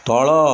ତଳ